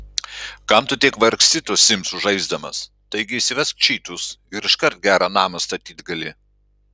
kam tu tiek vargsti tuos simsus žaisdamas taigi įsivesk čytus ir iškart gerą namą statyt gali